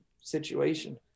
situation